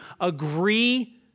agree